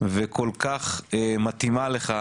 וכל כך מתאימה לך,